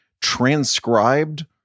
transcribed